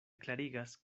klarigas